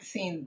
Sim